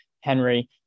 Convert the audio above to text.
Henry